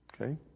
Okay